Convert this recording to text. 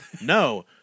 No